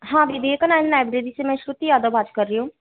हाँ दीदी ये कनन लाइब्रेरी से मैं श्रुति यादव बात कर रही हूँ